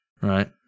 right